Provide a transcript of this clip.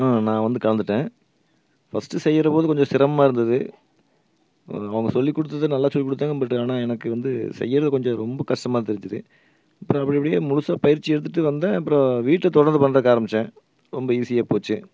நான் வந்து கலந்துகிட்டன் ஃபஸ்ட்டு செய்கிறபோது கொஞ்சம் சிரமமா இருந்தது அவங்க சொல்லி கொடுத்தது நல்லா சொல்லி கொடுத்தாங்க பட் ஆனா எனக்கு வந்து செய்கிறது கொஞ்சம் ரொம்ப கஷ்டமாக தெரிஞ்சுது அப்பறம் அப்படி இப்படி முழுசாக பயிற்சி எடுத்துகிட்டு வந்தேன் அப்பறம் வீட்டில் தொடர்ந்து பண்ணுறதுக்கு ஆரம்பித்தேன் ரொம்ப ஈஸியாக போச்சு